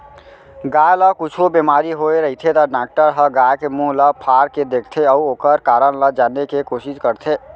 गाय ल कुछु बेमारी होय रहिथे त डॉक्टर ह गाय के मुंह ल फार के देखथें अउ ओकर कारन ल जाने के कोसिस करथे